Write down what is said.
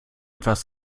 etwas